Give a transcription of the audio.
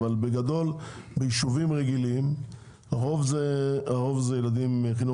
אבל בגדול ביישובים רגילים הרוב זה ילדים מחינוך